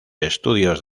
estudios